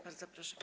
Bardzo proszę.